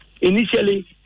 Initially